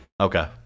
Okay